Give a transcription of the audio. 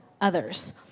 others